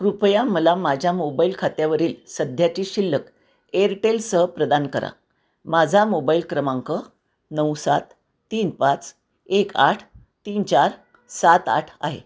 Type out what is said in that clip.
कृपया मला माझ्या मोबाईल खात्यावरील सध्याची शिल्लक एअरटेलसह प्रदान करा माझा मोबाईल क्रमांक नऊ सात तीन पाच एक आठ तीन चार सात आठ आहे